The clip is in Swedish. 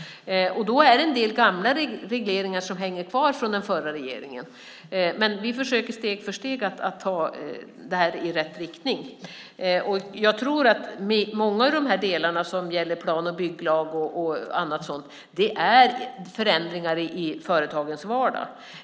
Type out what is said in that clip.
Det finns en del gamla regleringar som hänger kvar från den förra regeringen. Men vi försöker steg för steg att ta det här i rätt riktning. Jag tror att många av de delar som gäller plan och bygglag och annat är förändringar i företagens vardag.